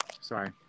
Sorry